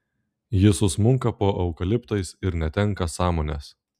ji susmunka po eukaliptais ir netenka sąmonės